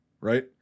right